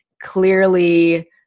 clearly